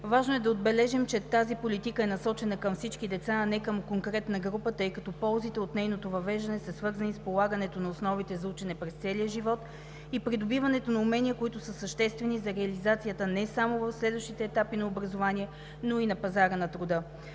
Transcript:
Важно е да отбележим, че тази политика е насочена към всички деца, а не към конкретна група, тъй като ползите от нейното въвеждане са свързани с полагането на основите за учене през целия живот и придобиването на умения, които са съществени за реализацията не само в следващите етапи на образование, но и на пазара на труда.